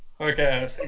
Okay